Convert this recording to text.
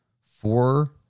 four